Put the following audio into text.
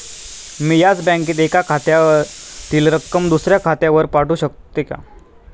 मी याच बँकेत एका खात्यातील रक्कम दुसऱ्या खात्यावर पाठवू शकते का?